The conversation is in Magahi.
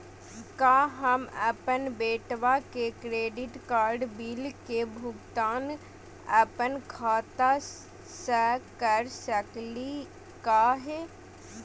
का हम अपन बेटवा के क्रेडिट कार्ड बिल के भुगतान अपन खाता स कर सकली का हे?